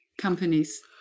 companies